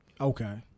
Okay